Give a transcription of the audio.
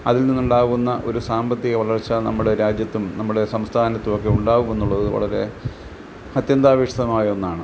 അതിൽ നിന്നുണ്ടാകുന്ന ഒരു സാമ്പത്തിക വളർച്ച നമ്മുടെ രാജ്യത്തും നമ്മുടെ സംസ്ഥാനത്തും ഒക്കെ ഉണ്ടാകുമെന്നുള്ളത് വളരെ അത്യന്താപേക്ഷിതമായ ഒന്നാണ്